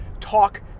talk